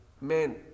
man